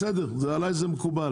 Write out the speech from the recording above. בסדר, מקובל עליי.